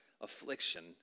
affliction